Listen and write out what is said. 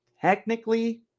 Technically